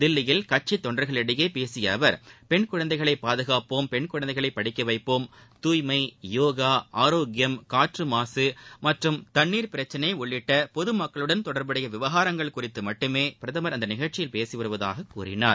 தில்லியில் கட்சித் தொண்டர்களிடையே பேசிய அவர் பெண் குழந்தைகளை பாதுகாப்போம் பெண் குழந்தைகளை படிக்க வைப்போம் தூய்மை யோகா ஆரோக்கியம் காற்று மாசு மற்றும் தண்ணீர் பிரச்சினை உள்ளிட்ட பொதுமக்களுடன் தொடர்புடைய விவகாரங்கள் குறித்து மட்டுமே பிரதம் அந்த நிகழ்ச்சியில் பேசிவருவதாக கூறினார்